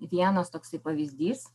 vienas toksai pavyzdys